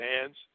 hands